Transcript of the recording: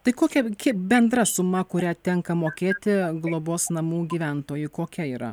tai kokia gi bendra suma kurią tenka mokėti globos namų gyventojui kokia yra